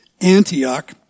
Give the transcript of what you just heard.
Antioch